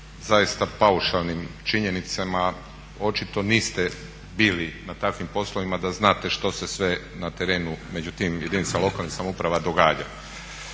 zaista paušalnim činjenicama očito niste bili na takvim poslovima da znate što se sve na terenu među tim jedinicama lokalnih samouprava događa.